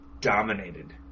dominated